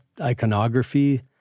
iconography